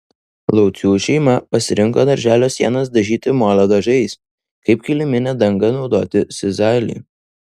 laucių šeima pasirinko darželio sienas dažyti molio dažais kaip kiliminę dangą naudoti sizalį